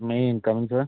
May I come in sir